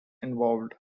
involved